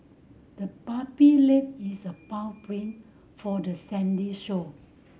the puppy left its paw prints for the sandy shore